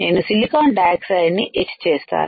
నేను సిలికాన్ డయాక్సైడ్ని ఎచ్చేస్తాను